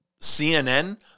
CNN